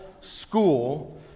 School